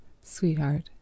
Sweetheart